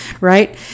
right